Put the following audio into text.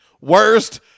Worst